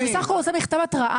אני בסך הכול רוצה מכתב התראה.